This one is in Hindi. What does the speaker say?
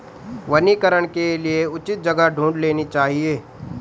वनीकरण के लिए उचित जगह ढूंढ लेनी चाहिए